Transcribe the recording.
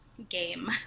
game